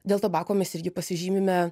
dėl tabako mes irgi pasižymime